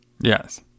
Yes